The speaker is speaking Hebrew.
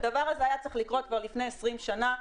-- הדבר הזה היה צריך לקרות כבר לפני עשרים שנה.